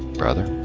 brother.